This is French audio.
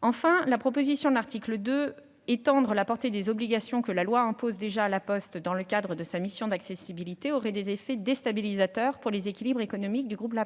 Enfin, le dispositif de l'article 2, qui prévoit d'étendre la portée des obligations que la loi impose déjà à La Poste dans le cadre de sa mission d'accessibilité, aurait des effets déstabilisateurs pour les équilibres économiques de ce groupe,